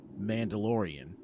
Mandalorian